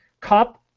cup